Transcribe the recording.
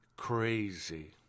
crazy